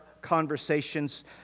conversations